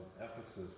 Ephesus